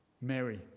Mary